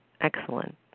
Excellent